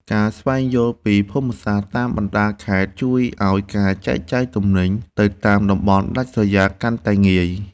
ការស្វែងយល់ពីភូមិសាស្ត្រតាមបណ្តាខេត្តជួយឱ្យការចែកចាយទំនិញទៅតាមតំបន់ដាច់ស្រយាលកាន់តែងាយ។